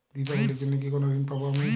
দীপাবলির জন্য কি কোনো ঋণ পাবো আমি?